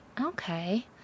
Okay